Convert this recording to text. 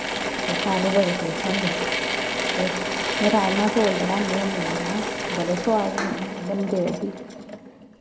ते सारे बड़े खुश होंदे ते में राजमाह् चौल बनान्नी होन्नी आं बड़े सोआद बनदे ओह् बी